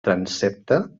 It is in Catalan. transsepte